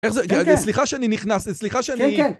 איך זה? סליחה שאני נכנס, סליחה שאני...